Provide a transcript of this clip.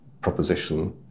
proposition